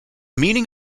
meaning